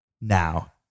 now